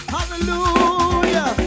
Hallelujah